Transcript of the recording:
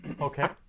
Okay